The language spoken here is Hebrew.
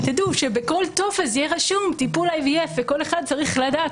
שתדעו שבכל טופס יהיה רשום "טיפול IVF" וכל אחד צריך לדעת